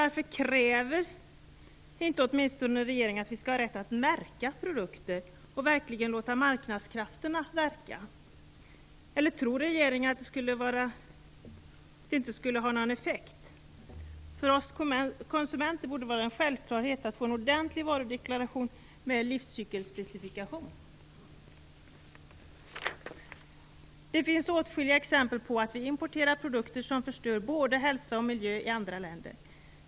Varför kräver inte regeringen att vi åtminstone skall ha rätt att märka produkter, och verkligen låta marknadskrafterna verka? Tror inte regeringen att det skulle ha någon effekt? För oss konsumenter borde det vara en självklarhet att få en ordentlig varudeklaration med livscykelspecifikation. Det finns åtskilliga exempel på att vi importerar produkter som förstör både hälsa och miljö i andra länder.